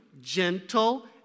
gentle